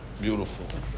beautiful